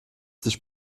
sich